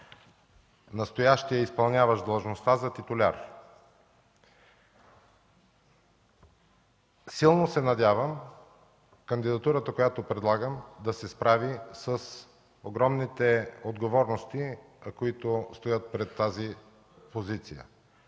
настоящия изпълняващ длъжността. Силно се надявам кандидатурата, която предлагам, да се справи с огромните отговорности, които стоят пред тази позиция.